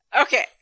Okay